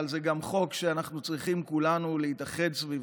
אבל זה גם חוק שאנחנו צריכים כולנו להתאחד סביבו.